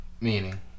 Meaning